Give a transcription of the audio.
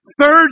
Third